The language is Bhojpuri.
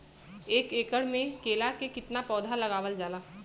एक एकड़ में केला के कितना पौधा लगावल जाला?